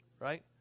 right